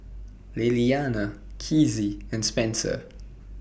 Lilliana Kizzie and Spencer